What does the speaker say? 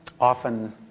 often